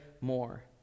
more